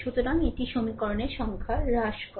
সুতরাং এটি সমীকরণের সংখ্যা হ্রাস করে